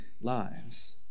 lives